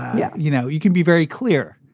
yeah, you know, you can be very clear.